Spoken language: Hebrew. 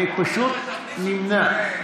אני פשוט נמנע.